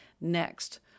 Next